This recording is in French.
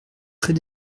très